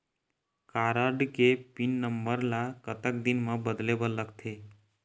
Card के pin number ला कतक दिन म बदले बर लगथे?